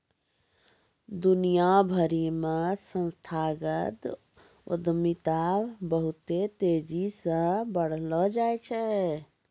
दुनिया भरि मे संस्थागत उद्यमिता बहुते तेजी से बढ़लो छै